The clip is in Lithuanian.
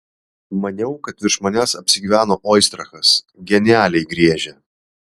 maniau kad virš manęs apsigyveno oistrachas genialiai griežia